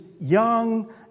young